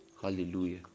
hallelujah